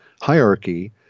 hierarchy